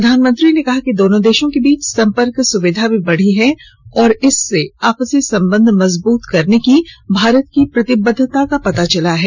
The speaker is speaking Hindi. प्रधानमंत्री ने कहा कि दोनों देशों के बीच सम्पर्क सुविधा भी बढ़ी है और इससे आपसी संबंध मजबूत करने की भारत की प्रतिबद्धता का पता चलता है